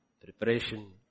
Preparation